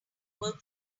work